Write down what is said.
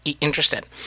interested